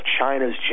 China's